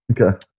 Okay